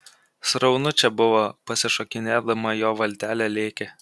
sraunu čia buvo pasišokinėdama jo valtelė lėkė